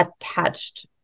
attached